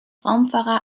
raumfahrer